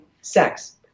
sex